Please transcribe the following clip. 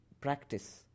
practice